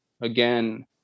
again